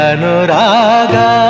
Anuraga